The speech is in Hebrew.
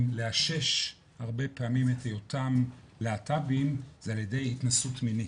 לאשש הרבה פעמים את היותם להט"בים זה על ידי התנסות מינית,